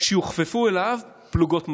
שיוכפפו אליו פלוגות מג"ב.